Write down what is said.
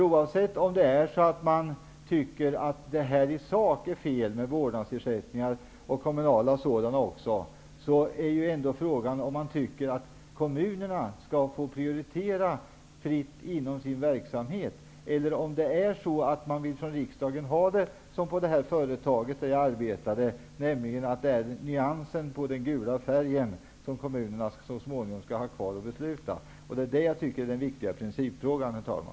Oavsett om man tycker att kommunala vårdnadsersättningar är fel i sak är ju ändå frågan om kommunerna skall få prioritera fritt inom sin verksamhet, eller om man i riksdagen vill ha det som på det företag jag arbetade på. I så fall kommer det så småningom att bli nyansen på den gula färgen som kommunerna har kvar att besluta om. Det tycker jag är den viktiga principfrågan, herr talman.